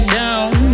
down